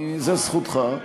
זאת זכותך.